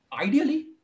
ideally